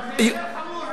זה יותר חמור,